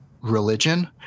religion